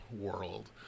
world